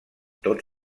tot